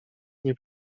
nie